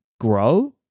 grow